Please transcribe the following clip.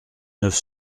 neuf